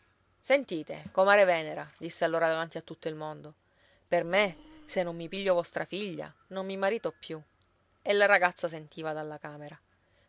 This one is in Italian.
sentite comare venera disse allora davanti a tutto il mondo per me se non mi piglio vostra figlia non mi marito più e la ragazza sentiva dalla camera